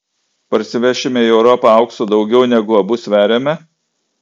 parsivešime į europą aukso daugiau negu abu sveriame